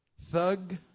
thug